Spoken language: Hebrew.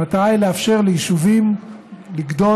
המטרה היא לאפשר ליישובים לגדול,